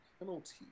Penalty